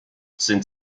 sind